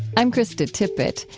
i'm krista tippett.